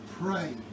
pray